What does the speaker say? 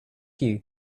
you